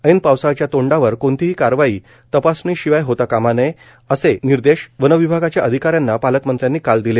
ऐन पावसाळ्याच्या तोंडावर कोणतीही कारवाई तपासणीशिवाय होता कामा नये असे निर्देश वनविभागाच्या अधिकाऱ्यांना पालकमंत्र्यांनी काल दिले